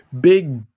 big